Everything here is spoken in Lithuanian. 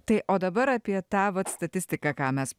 tai o dabar apie tą vat statistiką ką mes